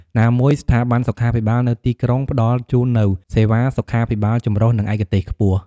ណាមួយ ស្ថាប័នសុខាភិបាលនៅទីក្រុងផ្តល់ជូននូវ សេវាសុខាភិបាលចម្រុះ និងឯកទេសខ្ពស់។